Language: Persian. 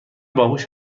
باهوش